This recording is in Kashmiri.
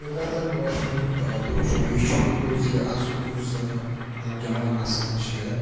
یوٚتام زَن بالی وُڈُک تعلق چھُ یہِ چھُ پوٚز زِ آزُک یُس زَنہٕ نوجوان نَسل چھِ